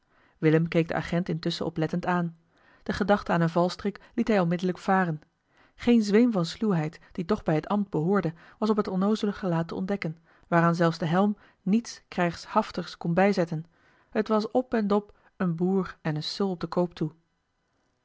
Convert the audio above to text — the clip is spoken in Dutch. willem keek den agent intusschen oplettend aan de gedachte aan een valstrik liet hij onmiddellijk varen geen zweem van sluwheid die toch bij het ambt behoorde was op het onnoozele gelaat te ontdekken waaraan zelfs de helm niets krijgshaftigs kon bijzetten het was op end'op een boer en een sul op den koop toe